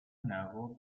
nodal